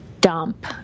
dump